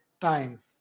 time